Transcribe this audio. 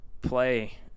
play